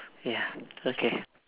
ya okay